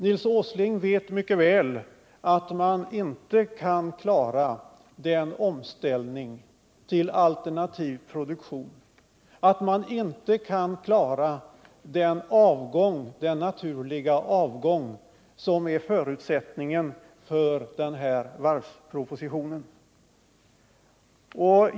Nils Åsling vet mycket väl att man inte kan klara den omställning till alternativ produktion och den naturliga avgång som är förutsättningen för denna varvsproposition.